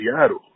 Seattle